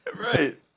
Right